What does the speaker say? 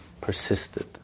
persisted